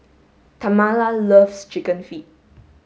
Tamala loves chicken feet